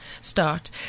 start